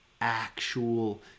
actual